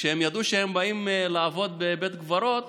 וכשהם ידעו שהם באים לעבוד בבית קברות